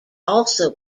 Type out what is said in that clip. also